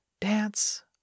dance